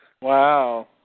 Wow